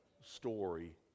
story